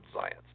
science